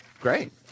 Great